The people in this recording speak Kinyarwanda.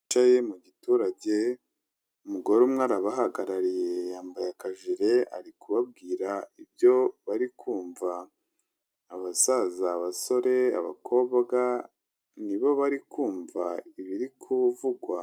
Bicaye mu giturage, umugore umwe arabahagarariye, yambaye akajijere, ari kubabwira ibyo bari kumva, abasaza, abasore, abakobwa nibo bari kumva ibiri kuvugwa.